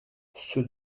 ceux